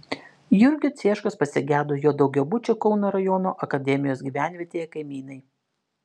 jurgio cieškos pasigedo jo daugiabučio kauno rajono akademijos gyvenvietėje kaimynai